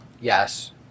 Yes